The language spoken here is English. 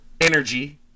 energy